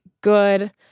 good